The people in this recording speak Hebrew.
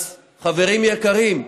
אז חברים יקרים,